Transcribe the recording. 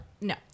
No